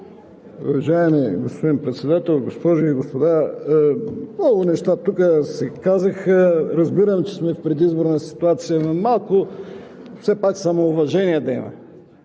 Уважаеми господин Председател, госпожи и господа! Много неща тук се казаха. Разбирам, че сме в предизборна ситуация, но малко все пак самоуважение да има.